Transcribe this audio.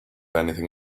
anything